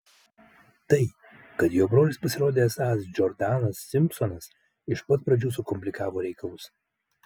tai kad jo brolis pasirodė esąs džordanas simpsonas iš pat pradžių sukomplikavo reikalus